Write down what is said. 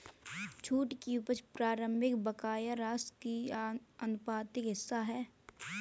छूट की उपज प्रारंभिक बकाया राशि का आनुपातिक हिस्सा है